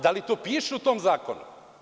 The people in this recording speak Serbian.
Da li to piše u tom zakonu?